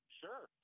sure